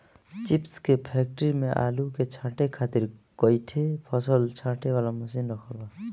chips के factory में आलू के छांटे खातिर कई ठे फसल छांटे वाला मशीन रखल बा